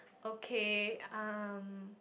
okay um